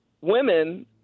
women